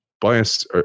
bias